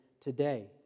today